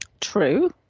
True